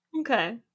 Okay